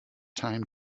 time